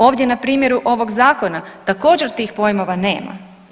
Ovdje na primjeru ovog zakona također tih pojmova nema.